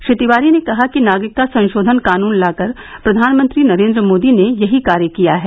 श्री तिवारी ने कहा कि नागरिकता संशोधन कानून लाकर प्रधानमंत्री नरेंद्र मोदी ने यही कार्य किया है